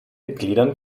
mitgliedern